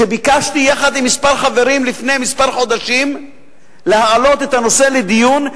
שכשלפני כמה חודשים ביקשתי יחד עם כמה חברים להעלות את הנושא לדיון,